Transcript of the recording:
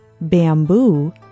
bamboo